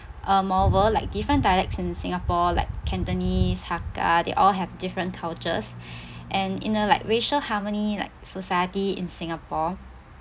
uh moreover like different dialects in singapore like cantonese hakka they all have different cultures and in a like racial harmony like society in singapore